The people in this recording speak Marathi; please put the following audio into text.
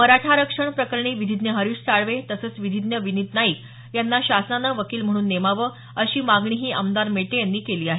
मराठा आरक्षण प्रकरणी विधीज्ञ हरीष साळवे तसंच विधीज्ञ विनीत नाईक यांना शासनाने वकील म्हणून नेमावं अशी मागणीही आमदार मेटे यांनी केली आहे